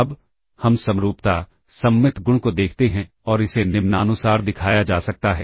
अब हम समरूपता सममित गुण को देखते हैं और इसे निम्नानुसार दिखाया जा सकता है